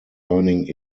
earning